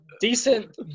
decent